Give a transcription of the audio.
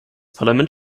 parlament